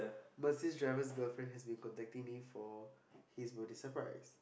Mercedes driver's girlfriend has been contacting me for his birthday surprise